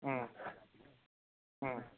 अँ अँ